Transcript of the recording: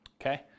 Okay